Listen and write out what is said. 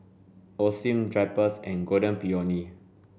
Osim Drypers and Golden Peony